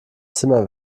zimmer